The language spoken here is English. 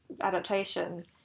adaptation